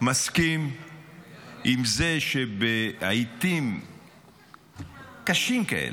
מסכים עם זה שבעיתים קשות כאלה,